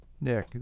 Nick